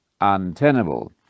untenable